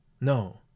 No